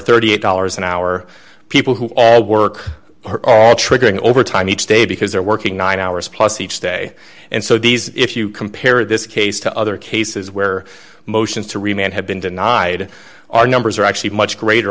thirty eight dollars an hour people who all work triggering overtime each day because they're working nine hours plus each day and so these if you compare this case to other cases where motions to remain have been denied our numbers are actually much greater